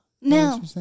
No